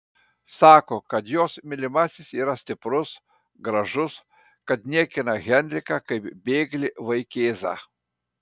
sako kad jos mylimasis yra stiprus gražus kad niekina henriką kaip bėglį vaikėzą